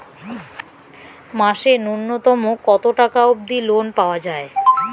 মাসে নূন্যতম কতো টাকা অব্দি লোন পাওয়া যায়?